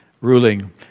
ruling